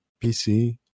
PC